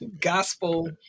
gospel